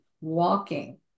walking